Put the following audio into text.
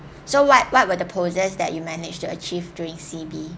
so what what were the poses that you manage to achieve during C_B